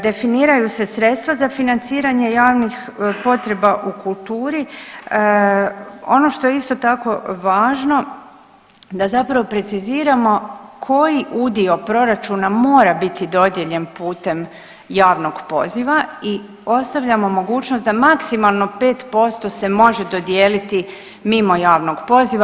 Definiraju se sredstva za financiranje javnih potreba u kulturi, ono što je isto tako važno da zapravo preciziramo koji udio proračuna mora biti dodijeljen putem javnog poziva i ostavljamo mogućnost da maksimalno 5% se može dodijeliti mimo javnog poziva.